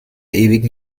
ewigen